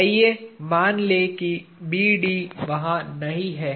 आइए मान लें कि B D वहां नहीं है